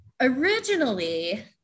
originally